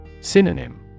Synonym